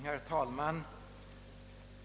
Herr talman!